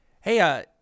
Hey